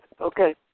Okay